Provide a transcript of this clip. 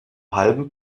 halben